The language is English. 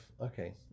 Okay